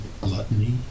gluttony